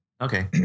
Okay